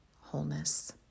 wholeness